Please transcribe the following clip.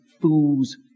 fool's